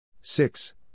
six